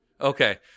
Okay